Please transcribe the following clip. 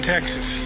Texas